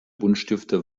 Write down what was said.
buntstifte